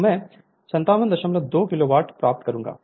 तो मैं 572 kilo watt प्राप्त करूंगा